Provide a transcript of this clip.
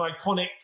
iconic